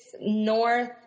north